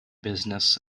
business